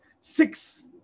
Six